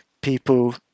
people